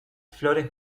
flores